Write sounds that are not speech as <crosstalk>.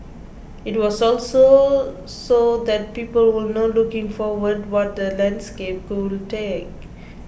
it was also so that people will know looking forward what the landscape <unintelligible>